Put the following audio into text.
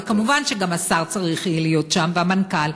וכמובן גם השר צריך יהיה להיות שם והמנכ"ל,